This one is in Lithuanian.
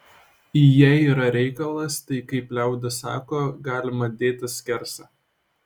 jei yra reikalas tai kaip liaudis sako galima dėti skersą